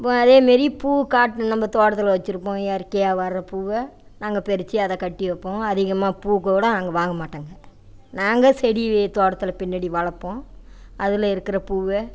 இப்போ அதேமாரி பூ காட்டு நம்ம தோட்டத்தில் வச்சிருப்போம் இயற்கையாக வர பூவை நாங்கள் பறித்து அதை கட்டி வைப்போம் அதிகமாக பூ கூட நாங்கள் வாங்க மாட்டோங்க நாங்கள் செடி தோட்டத்தில் பின்னாடி வளர்ப்போம் அதில் இருக்கிற பூவை